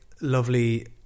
lovely